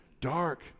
Dark